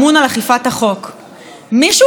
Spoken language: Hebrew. מישהו שמע ממך מילה בנושא הזה?